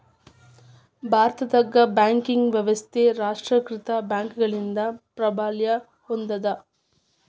ಭಾರತದಾಗ ಬ್ಯಾಂಕಿಂಗ್ ವ್ಯವಸ್ಥಾ ರಾಷ್ಟ್ರೇಕೃತ ಬ್ಯಾಂಕ್ಗಳಿಂದ ಪ್ರಾಬಲ್ಯ ಹೊಂದೇದ